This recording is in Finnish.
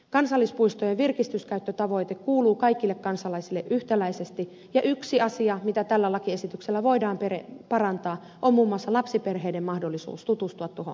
kansallispuistojen virkistyskäyttötavoite kuuluu kaikille kansalaisille yhtäläisesti ja yksi asia mitä tällä lakiesityksellä voidaan parantaa on muun muassa lapsiperheiden mahdollisuus tutustua tuohon ainutlaatuiseen paikkaan